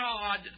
God